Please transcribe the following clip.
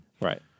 Right